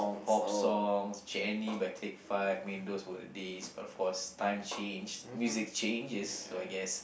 pop songs Jenny by Click Five I mean those were the days but of course times change music changes so I guess